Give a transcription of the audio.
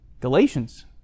Galatians